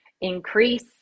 increase